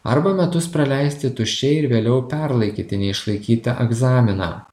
arba metus praleisti tuščiai ir vėliau perlaikyti neišlaikytą egzaminą